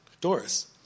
Doris